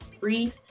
breathe